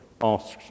asks